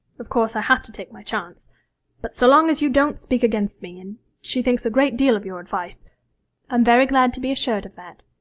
of course i have to take my chance but so long as you don't speak against me and she thinks a great deal of your advice i'm very glad to be assured of that.